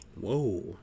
whoa